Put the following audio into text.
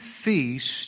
feast